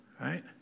right